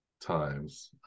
times